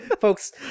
Folks